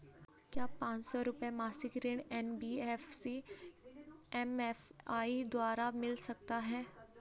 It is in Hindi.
क्या पांच सौ रुपए मासिक ऋण एन.बी.एफ.सी एम.एफ.आई द्वारा मिल सकता है?